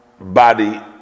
body